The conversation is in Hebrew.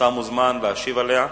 השר מוזמן להשיב עליה.